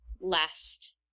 last